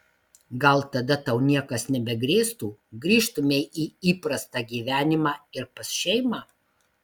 gal tada tau niekas nebegrėstų grįžtumei į įprastą gyvenimą ir pas šeimą